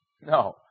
No